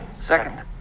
Second